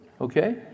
Okay